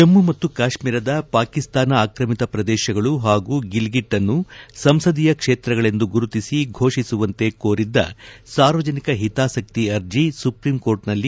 ಜಮ್ನು ಮತ್ತು ಕಾಶ್ನೀರದ ಪಾಕಿಸ್ತಾನ ಆಕ್ರಮಿತ ಪ್ರದೇಶಗಳು ಹಾಗೂ ಗಿಲ್ಗಿಟ್ನ್ನು ಸಂಸದೀಯ ಕ್ಷೇತ್ರಗಳೆಂದು ಗುರುತಿಸಿ ಘೋಷಿಸುವಂತೆ ಕೋರಿದ್ದ ಸಾರ್ವಜನಿಕ ಹಿತಾಸಕ್ತಿ ಅರ್ಜಿ ಸುಪ್ರೀಂಕೋರ್ಟ್ನಲ್ಲಿ ತಿರಸ್ಕತ